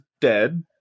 dead